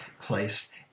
placed